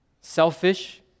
selfish